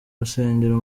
rusengero